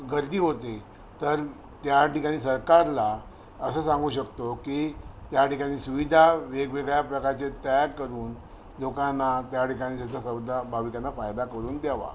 गर्दी होते तर त्याठिकाणी सरकारला असं सांगू शकतो की त्याठिकाणी सुविधा वेगवेगळ्या प्रकारचे तयाग करून लोकांना त्या ठिकाणी त्याचा सौदा भाविकांना फायदा करून द्यावा